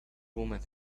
woman